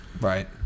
Right